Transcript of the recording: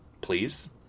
please